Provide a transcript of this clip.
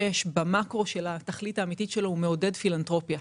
במקרו של התכלית האמיתית בסעיף 46 הוא מעודד פילנתרופיה.